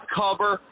cover